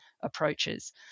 approaches